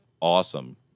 awesome